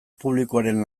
publikoaren